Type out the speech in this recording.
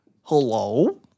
Hello